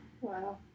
Wow